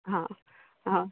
હા હા